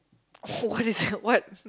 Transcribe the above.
what